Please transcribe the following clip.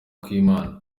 kw’imana